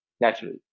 naturally